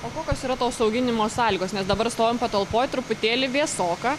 o kokios yra toks auginimo sąlygos nes dabar stovim patalpoj truputėlį vėsoka